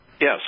Yes